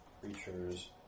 creatures